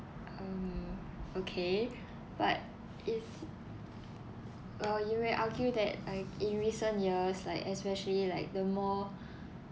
um okay but if uh you may argue that I~ in recent years like especially like the more